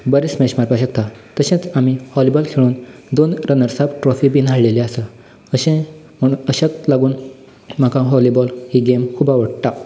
बरे स्मॅश मारपाक शकतां तशेंच आमी व्हॉलीबॉल खेळून दोन रनर्स अप ट्रॉफी बी हाडिल्ल्यो आसा अशें म्हणून अशाक लागून म्हाका व्हॉलीबॉल ही गेम खूब आवडटा